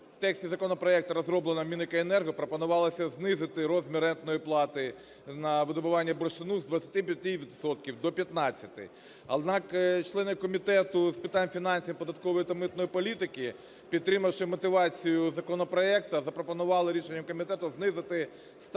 текст законопроекту розроблено Мінекоенерго, пропонувалося знизити розмір рентної плати на видобування бурштину з 25 відсотків до 15. Однак члени Комітету з питань фінансів, податкової та митної політики, підтримавши мотивацію законопроекту, запропонували рішенням комітету знизити ставку